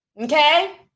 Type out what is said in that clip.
Okay